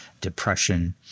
depression